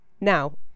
now